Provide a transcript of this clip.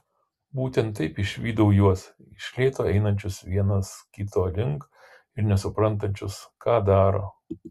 būtent taip išvydau juos iš lėto einančius vienas kito link ir nesuprantančius ką daro